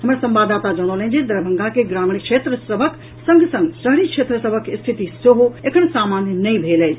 हमर संवाददाता जनौलनि जे दरभंगा के ग्रामीण क्षेत्र सभक संग संग शहरी क्षेत्र सभक स्थिति सेहो एखन सामान्य नहि भेल अछि